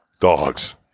Dogs